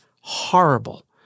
horrible